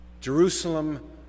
Jerusalem